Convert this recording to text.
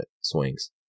swings